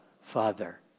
Father